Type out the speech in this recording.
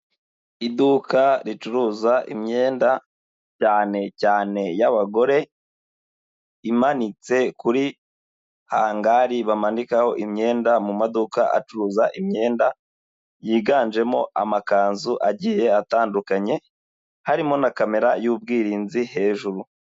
Iduka ricuruza imyenda cyane cyane y'abagore, imanitse kuri hangari bamanikaho imyenda mu maduka acuruza imyenda, yiganjemo amakanzu agiye atandukanye harimo na kamera y'ubwirinzi hejuru.